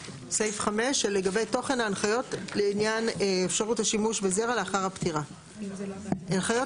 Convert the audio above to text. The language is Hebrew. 5. תוכן ההנחיות לעניין אפשרות לשימוש בזרע לאחר הפטירה 5. הנחיות